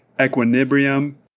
equilibrium